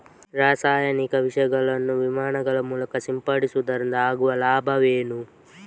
ರಾಸಾಯನಿಕ ವಿಷಗಳನ್ನು ವಿಮಾನಗಳ ಮೂಲಕ ಸಿಂಪಡಿಸುವುದರಿಂದ ಆಗುವ ಲಾಭವೇನು?